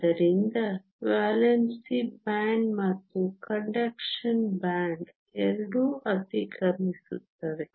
ಆದ್ದರಿಂದ valency band ಮತ್ತು conduction band ಎರಡೂ ಅತಿಕ್ರಮಿಸುತ್ತವೆ